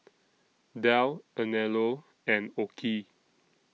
Dell Anello and OKI